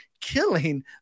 killing